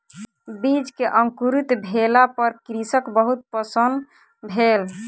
बीज के अंकुरित भेला पर कृषक बहुत प्रसन्न भेल